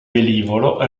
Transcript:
velivolo